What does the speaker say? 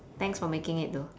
thanks for making it though